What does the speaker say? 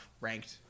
ranked